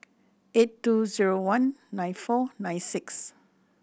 eight two zero one nine four nine six